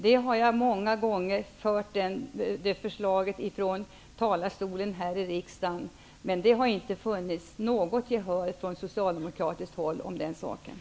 Jag har många gånger talat för detta i talarstolen här i riksdagen. Men det har inte funnits något gehör från socialdemokratiskt håll i denna fråga.